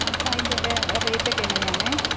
അപ്പോൾ അതിൻ്റെ ഒക്കെ റേറ്റൊക്കെ എങ്ങനെ ആണ്